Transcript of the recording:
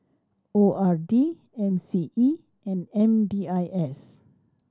O R D M C E and M D I S